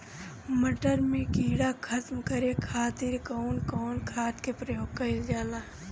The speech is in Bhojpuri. मटर में कीड़ा खत्म करे खातीर कउन कउन खाद के प्रयोग कईल जाला?